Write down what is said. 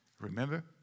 Remember